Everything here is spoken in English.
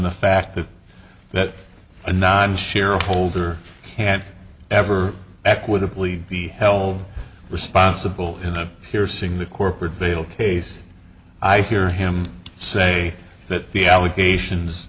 the fact that a non shareholder can't ever equitably be held responsible in a piercing the corporate veil case i hear him say that the allegations